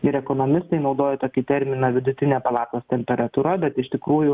ir ekonomistai naudoja tokį terminą vidutinė palatos temperatūra bet iš tikrųjų